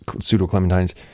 Pseudo-Clementines